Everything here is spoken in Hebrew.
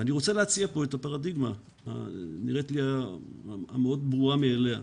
אני רוצה להציע כאן את הפרדיגמה שנראית לי מאוד ברורה מאליה.